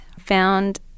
found